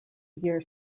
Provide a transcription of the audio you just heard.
year